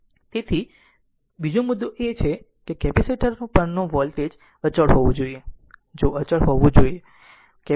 તેથી તેથી બીજો મુદ્દો એ છે કે કેપેસિટર પરનું વોલ્ટેજ અચળ હોવું જોઈએ તે અચળ હોવું જ જોઈએ